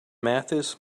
mathis